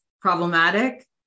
problematic